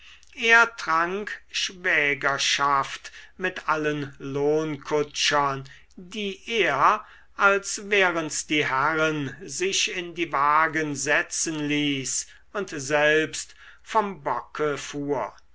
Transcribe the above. er trank schwägerschaft mit allen lohnkutschern die er als wären's die herren sich in die wagen setzen ließ und selbst vom bocke fuhr